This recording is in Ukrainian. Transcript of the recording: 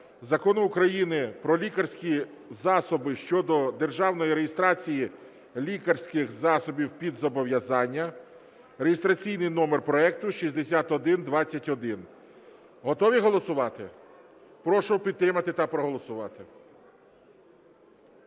Закону України "Про лікарські засоби" щодо державної реєстрації лікарських засобів під зобов'язання (реєстраційний номер проекту 6121). Готові голосувати? Прошу підтримати та проголосувати.